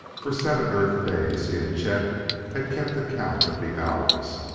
for seven earth days he and chet had kept account of the hours.